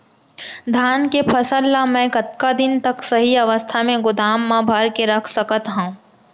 धान के फसल ला मै कतका दिन तक सही अवस्था में गोदाम मा भर के रख सकत हव?